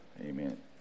Amen